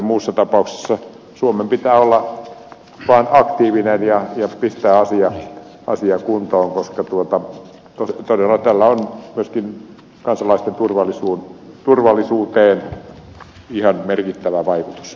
muussa tapauksessa suomen pitää olla vaan aktiivinen ja pistää asia kuntoon koska todella tällä on myöskin kansalaisten turvallisuuteen ihan merkittävä vaikutus